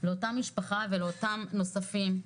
לאותה משפחה ולאותם נוספים,